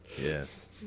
Yes